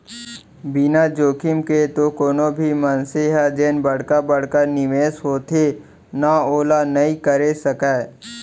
बिना जोखिम के तो कोनो भी मनसे ह जेन बड़का बड़का निवेस होथे ना ओला नइ करे सकय